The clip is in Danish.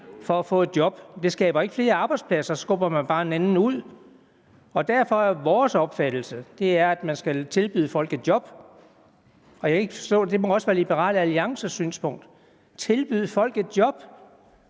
for at få et job, men det skaber ikke flere arbejdspladser. Så skubber de bare en anden ud. Og derfor er det vores opfattelse, at man skal tilbyde folk et job – og det må også være Liberal Alliance synspunkt – tilbyde folk et job.